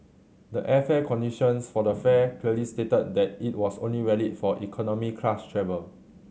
the airfare conditions for the fare clearly stated that it was only valid for economy class travel